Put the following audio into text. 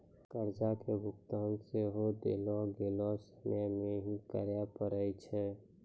कर्जा के भुगतान सेहो देलो गेलो समय मे ही करे पड़ै छै